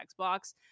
xbox